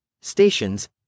Stations